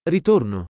Ritorno